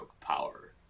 power